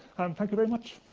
um thank you very much!